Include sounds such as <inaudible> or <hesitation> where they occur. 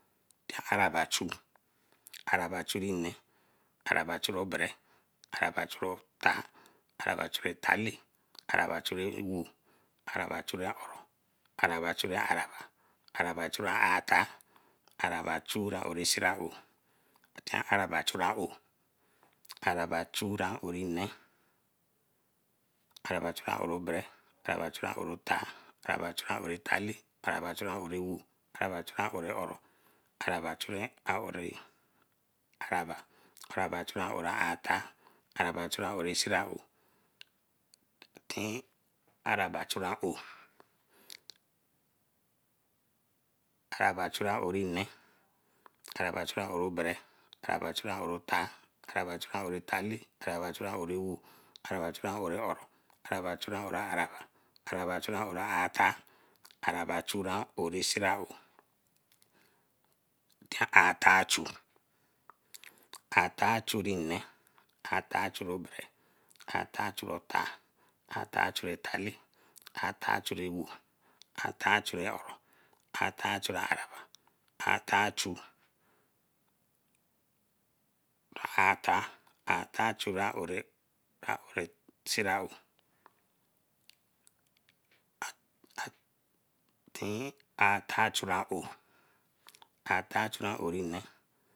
Araba chu, araba chu nne, araba chu bere araba chu otar, araba chu talle, araba chu ewo. araba chu oro, araba chu araba, araba chu atar, araba chu siraou, araba chu aowe, araba chu ore nne, araba chu ore bere. araba chu ore araba, araba chu ore atar, araba chu ore siraou. araba chu aowe, araba chu aowe nne, araba chu aowe obere, araba chu aowe tar, araba chu aowe talle, araba chu aowe ewo, araba chu aowe oro, araba chu aowe araba, araba chu aowe atar, araba chu aowe siraou <hesitation> Atachu nne, ata chu obere, atachu otar, atachu telle, atachu ewo, atachu oro, atachu araba, atachu atar, ata cu siraou <hesitation> atachu aowe, atarchu ore nne.